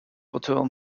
return